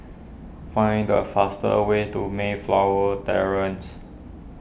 find the fastest way to Mayflower Terrace